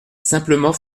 simplement